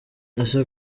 ese